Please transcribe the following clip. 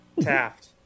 Taft